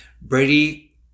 Brady